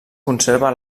conserva